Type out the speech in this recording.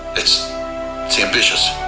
it's ambitious.